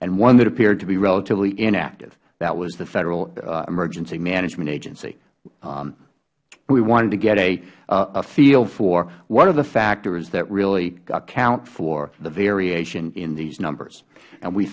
and one that appeared to be relatively inactive that was the federal emergency management agency we wanted to get a feel for what are the factors that really account for the variation in these numbers and we